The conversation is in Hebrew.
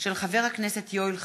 מאת חברי הכנסת יואל חסון,